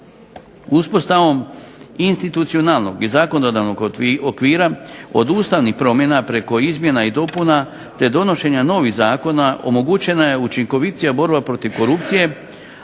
Uspostavom institucionalnog i zakonodavnog okvira od ustavnih promjena, preko izmjena i dopuna te donošenja novih zakona omogućena je učinkovitija borba protiv korupcije,